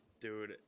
dude